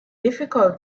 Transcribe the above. difficult